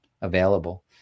available